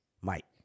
Mike